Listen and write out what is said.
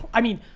i mean,